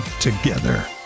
together